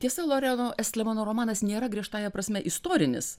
tiesa loreno estlemano romanas nėra griežtąja prasme istorinis